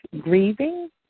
grieving